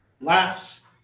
laughs